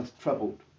troubled